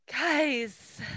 Guys